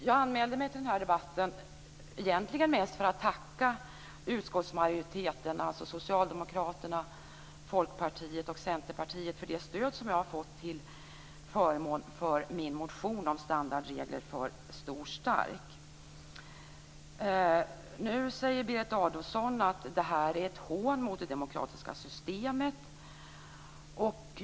Jag anmälde mig till den här debatten egentligen mest för att tacka utskottsmajoriteten, alltså Socialdemokraterna, Folkpartiet och Centerpartiet, för det stöd som jag har fått för min motion om standardregler för stor stark. Nu säger Berit Adolfsson att det här är ett hån mot det demokratiska systemet.